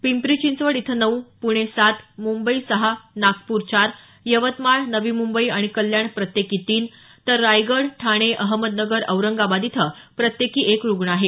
पिंपरी चिंचवड इथं नऊ पुणे सात मुंबई सहा नागपूर चार यवतमाळ नवी मुंबई आणि कल्याण प्रत्येकी तीन तर रायगड ठाणे अहमदनगर औरंगाबाद इथं प्रत्येकी एक रुग्ण आहे